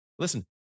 Listen